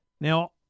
Now